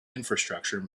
infrastructure